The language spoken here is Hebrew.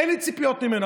אין לי ציפיות ממנו,